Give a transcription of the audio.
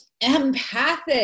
empathic